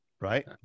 right